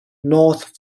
north